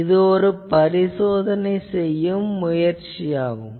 இதுவும் ஒரு பரிசோதனை செய்யும் விஷயமாகும்